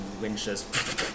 winches